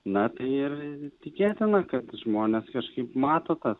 na ir tikėtina kad žmonės kažkaip mato tas